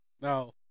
Now